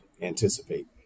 anticipate